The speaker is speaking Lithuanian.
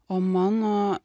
o mano